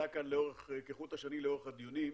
שעלתה כאן כחוט השני לאורך הדיונים,